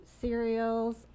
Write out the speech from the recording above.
cereals